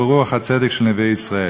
וברוח הצדק של נביאי ישראל.